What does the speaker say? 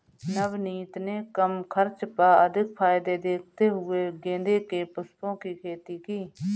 नवनीत ने कम खर्च व अधिक फायदे देखते हुए गेंदे के पुष्पों की खेती की